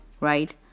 right